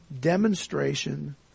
demonstration